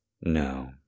no